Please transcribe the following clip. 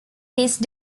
these